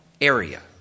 area